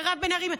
מירב בן ארי.